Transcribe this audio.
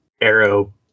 Arrow